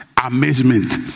amazement